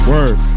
Word